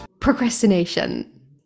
procrastination